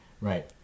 right